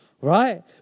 Right